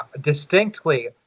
distinctly